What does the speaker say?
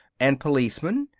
and policemen.